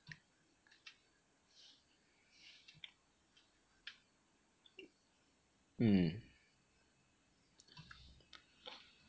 mm